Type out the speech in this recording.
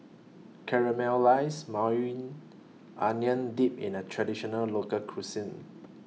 Caramelized Maui Onion Dip in A Traditional Local Cuisine